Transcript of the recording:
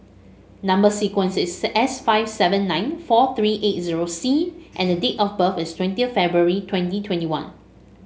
number sequence is S five seven nine four three eight zero C and the date of birth is twentieth February twenty twenty one